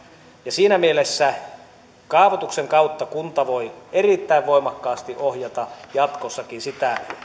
ja siinä mielessä kaavoituksen kautta kunta voi erittäin voimakkaasti ohjata jatkossakin sitä